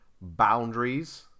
boundaries